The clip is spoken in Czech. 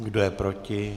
Kdo je proti?